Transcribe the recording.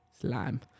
slime